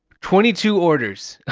twenty-two orders.